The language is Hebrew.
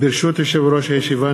ברשות יושב-ראש הישיבה,